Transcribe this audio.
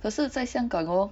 可是在香港哦